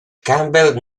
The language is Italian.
campbell